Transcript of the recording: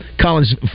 Collins